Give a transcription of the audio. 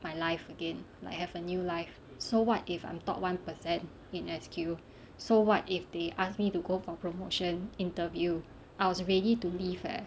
my life again like have a new life so what if I'm top one percent in S_Q so what if they ask me to go for promotion interview I was ready to leave leh